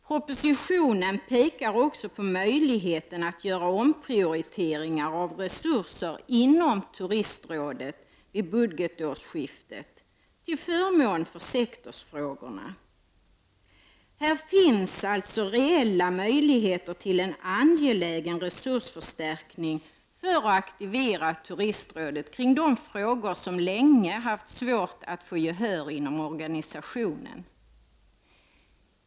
Propositionen pekar också på möjligheten att göra omprioriteringar av resurser inom Turistrådet vid budgetårsskiftet till förmån för sektorsfrågorna. Här finns alltså reella möjligheter till en angelägen resursförstärkning för att aktivera Turistrådet kring de frågor som länge haft svårt att få gehör inom organisationen.